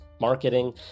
marketing